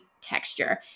texture